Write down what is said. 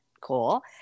cool